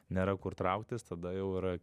nėra kur trauktis tada jau yra